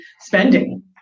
spending